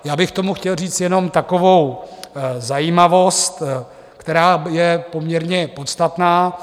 Já bych k tomu chtěl říct jenom takovou zajímavost, která je poměrně podstatná.